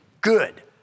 good